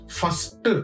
first